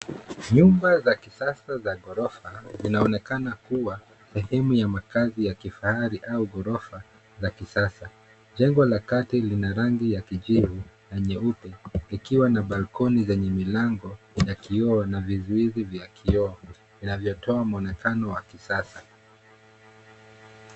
Nyumba za kisasa za ghorofa zinaonekana kuwa sehemu ya makazi ya kifahari au ghorofa za kisasa. Jengo la kati lina rangi ya kijivu na nyeupe, likiwa na balconi zenye milango ya kioo na vizuizi vya kioo vinavyotoa mwonekano wa kisasa.